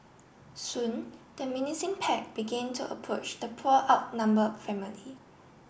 soon the menacing pack begin to approach the poor outnumbered family